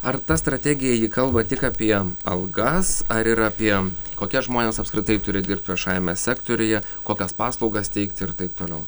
ar ta strategija ji kalba tik apie algas ar ir apie kokie žmonės apskritai turi dirbt viešajame sektoriuje kokias paslaugas teikt ir taip toliau